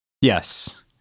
Yes